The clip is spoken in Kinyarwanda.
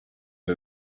ngo